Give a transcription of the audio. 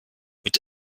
mit